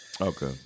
Okay